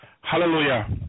Hallelujah